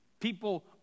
People